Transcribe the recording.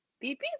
beep